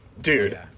Dude